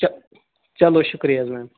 چہَ چلو شُکریہ حظ میٚم